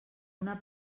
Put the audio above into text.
una